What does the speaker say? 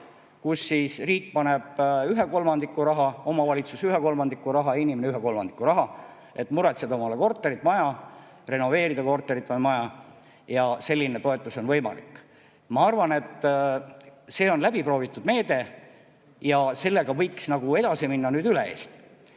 toetus. Riik paneb ühe kolmandiku rahast, omavalitsus ühe kolmandiku ja inimene ühe kolmandiku, et muretseda omale korter või maja, renoveerida korter või maja. Selline toetus on võimalik. Ma arvan, et see on läbiproovitud meede ja sellega võiks nüüd üle Eesti